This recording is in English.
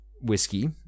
whiskey